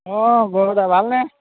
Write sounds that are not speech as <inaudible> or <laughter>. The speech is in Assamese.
অ <unintelligible> ভালনে